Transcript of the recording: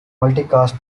multicast